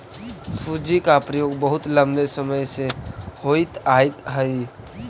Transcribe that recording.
सूजी का प्रयोग बहुत लंबे समय से होइत आयित हई